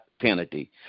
penalty